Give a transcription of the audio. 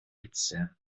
лице